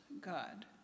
God